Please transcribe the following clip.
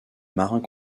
marins